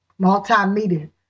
multimedia